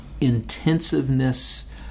intensiveness